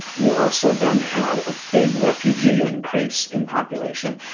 you also then had a big refugee increase in population.